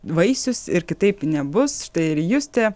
vaisius ir kitaip nebus štai ir justė